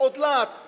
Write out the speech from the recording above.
Od lat.